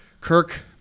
Kirk